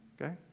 okay